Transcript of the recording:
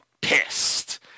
pissed